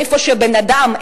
איפה שבן-אדם,